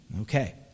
Okay